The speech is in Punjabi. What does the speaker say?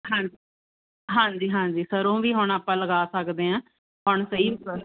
ਹਾਂ ਹਾਂਜੀ ਹਾਂਜੀ ਸਰ੍ਹੌਂ ਵੀ ਹੁਣ ਆਪਾਂ ਲਗਾ ਸਕਦੇ ਹਾਂ ਹੁਣ ਸਹੀ